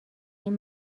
این